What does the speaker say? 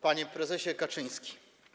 Panie Prezesie Kaczyński!